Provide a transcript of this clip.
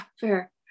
fair